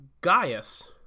Gaius